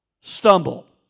stumble